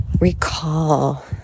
recall